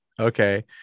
okay